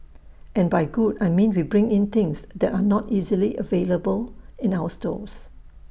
and by good I mean we bring in things that are not easily available in other stores